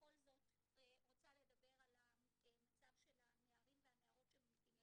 בכל זאת רוצה לדבר על המצב של הנערים והנערות שממתינים.